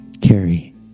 Carrie